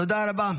תודה רבה.